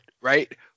right